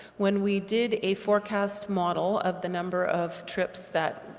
when we did a forecast model of the number of trips that,